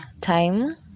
time